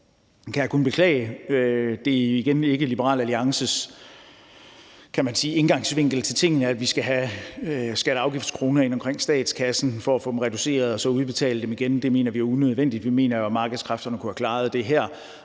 jeg kun beklage. Det er ikke Liberal Alliances indgangsvinkel til tingene, kan man sige, at vi skal have skatte- og afgiftskroner ind omkring statskassen for at få dem reduceret og så udbetale dem igen. Det mener vi er unødvendigt. Vi mener jo, at markedskræfterne kunne have klaret det.